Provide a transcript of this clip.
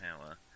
power